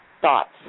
thoughts